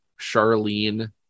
Charlene